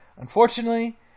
unfortunately